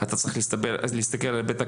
אתה צריך להסתכל על ההיבט הכלכלי.